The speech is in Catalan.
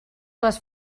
les